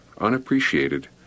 unappreciated